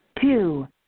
Two